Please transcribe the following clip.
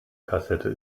kassette